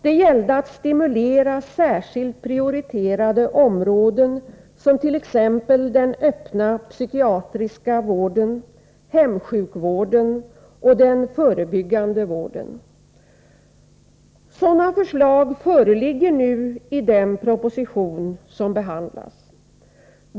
Det gällde att stimulera särskilt prioriterade områden som t.ex. den öppna psykiatriska vården, hemsjukvården och den förebyggande vården. Sådana förslag föreligger nu i den proposition som behandlas.